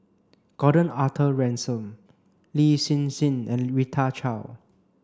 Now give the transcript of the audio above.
Gordon Arthur Ransome Lin Hsin Hsin and Rita Chao